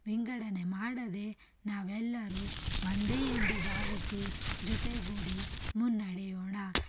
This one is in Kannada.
ವಿಂಗಡನೆ ಮಾಡದೇ ನಾವೆಲ್ಲರೂ ಒಂದೇ ಎಂದು ಭಾವಿಸಿ ಜೊತೆಗೂಡಿ ಮುನ್ನಡೆಯೋಣ